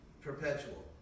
perpetual